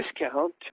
discount